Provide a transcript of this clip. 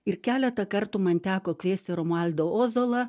ir keletą kartų man teko kviesti romualdą ozolą